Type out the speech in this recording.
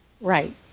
Right